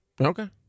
Okay